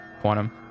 Quantum